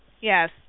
Yes